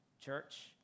church